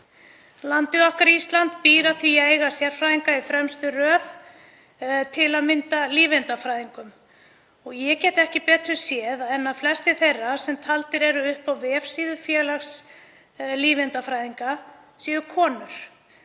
Landið okkar, Ísland, býr að því að eiga sérfræðinga í fremstu röð, til að mynda lífeindafræðinga. Ég get ekki betur séð en að flestir þeirra sem taldir eru upp á vefsíðu Félags lífeindafræðinga séu konur.